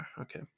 Okay